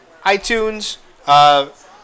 iTunes